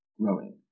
growing